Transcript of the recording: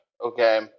okay